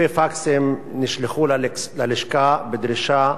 אלפי פקסים נשלחו ללשכה בדרישה